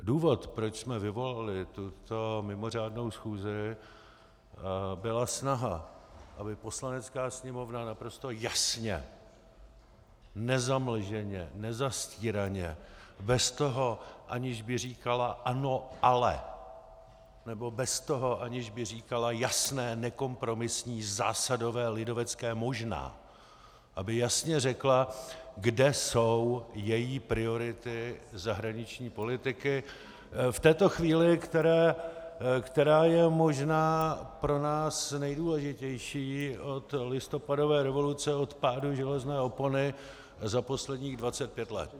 Důvod, proč jsme vyvolali tuto mimořádnou schůzi, byla snaha, aby Poslanecká sněmovna naprosto jasně, nezamlženě, nezastíraně, bez toho, aniž by říkala ano, ale nebo bez toho, aniž by říkala jasné nekompromisní zásadové lidovecké možná , aby jasně řekla, kde jsou její priority zahraniční politiky v této chvíli, která je možná pro nás nejdůležitější od listopadové revoluce, od pádu železné opony za posledních 25 let.